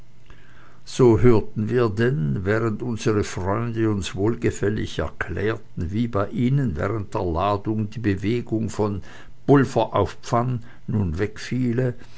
so hörten wir denn während unsere freunde uns wohlgefällig erklärten wie bei ihnen während der ladung die bewegung von pulver auf pfann nun